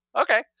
okay